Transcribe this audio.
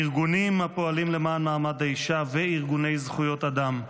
ארגונים הפועלים למען מעמד האישה וארגוני זכויות אדם.